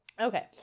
okay